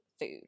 food